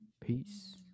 peace